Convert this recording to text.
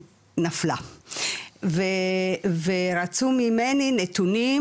נפלה ורצו ממני נתונים,